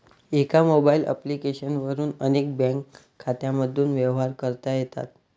एका mobile application वरून अनेक बँक खात्यांमधून व्यवहार करता येतात